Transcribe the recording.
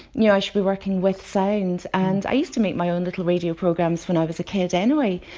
yeah i should be working with sound. and i used to make my own little radio programmes when i was a kid anyway.